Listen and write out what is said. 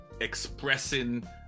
expressing